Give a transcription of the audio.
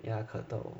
ya 蝌蚪